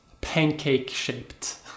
pancake-shaped